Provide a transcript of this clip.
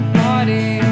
body